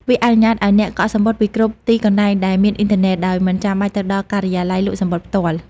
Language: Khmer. វាអនុញ្ញាតឱ្យអ្នកកក់សំបុត្រពីគ្រប់ទីកន្លែងដែលមានអុីនធឺណេត ដោយមិនចាំបាច់ទៅដល់ការិយាល័យលក់សំបុត្រផ្ទាល់។